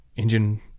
engine